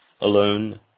alone